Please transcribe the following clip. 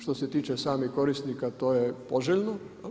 Što se tiče samih korisnika to je poželjno.